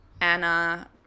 Anna